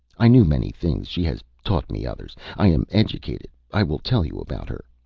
i knew many things, she has taught me others. i am educated. i will tell you about her.